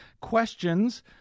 questions